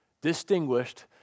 distinguished